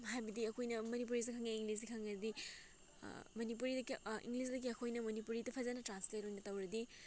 ꯍꯥꯏꯕꯗꯤ ꯑꯩꯈꯣꯏꯅ ꯃꯅꯤꯄꯨꯔꯤꯁꯨ ꯈꯪꯉꯦ ꯏꯪꯂꯤꯁꯁꯨ ꯈꯪꯂꯗꯤ ꯃꯅꯤꯄꯨꯔꯤꯗꯒꯤ ꯏꯪꯂꯤꯁꯇꯒꯤ ꯑꯩꯈꯣꯏꯅ ꯃꯅꯤꯄꯨꯔꯤꯗ ꯐꯖꯅ ꯇ꯭ꯔꯥꯟꯁꯂꯦꯠ ꯑꯣꯏꯅ ꯇꯧꯔꯗꯤ